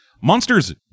monsters